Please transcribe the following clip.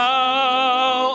now